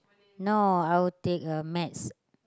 no I will take uh maths